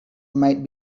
might